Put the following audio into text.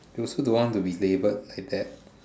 you also don't want to be labelled like that